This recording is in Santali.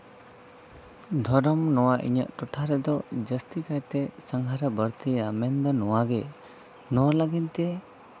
ᱫᱷᱚᱨᱚᱢ ᱱᱚᱣᱟ ᱤᱧᱟᱹᱜ ᱴᱚᱴᱷᱟ ᱨᱮᱫᱚ ᱡᱟᱹᱥᱛᱤ ᱠᱟᱭᱛᱮ ᱥᱟᱸᱜᱷᱟᱨᱟ ᱵᱟᱲᱛᱤᱭᱟ ᱢᱮᱱᱫᱚ ᱱᱚᱣᱟ ᱜᱮ ᱱᱚᱣᱟ ᱞᱟᱹᱜᱤᱫ ᱛᱮ